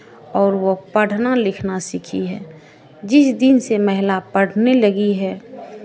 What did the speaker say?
और वो पढ़ना लिखना सीखी है जिस दिन से महिला पढ़ने लगी है